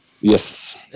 Yes